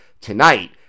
tonight